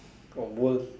or work